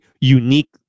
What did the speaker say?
unique